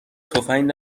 تفنگ